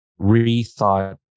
rethought